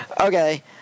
Okay